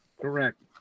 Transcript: Correct